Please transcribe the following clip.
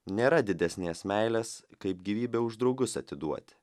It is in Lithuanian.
nėra didesnės meilės kaip gyvybę už draugus atiduoti